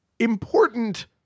Important